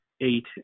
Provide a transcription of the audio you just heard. eight